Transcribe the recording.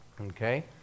Okay